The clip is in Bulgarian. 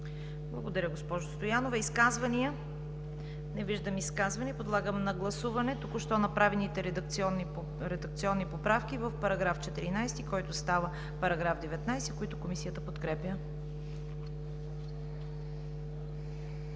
Благодаря, госпожо Стоянова. Изказвания? Не виждам изказвания. Подлагам на гласуване току-що направените редакционни поправки в § 14, който става § 19, които Комисията подкрепя.